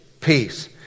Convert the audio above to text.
peace